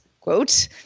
quote